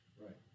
Right